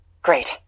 Great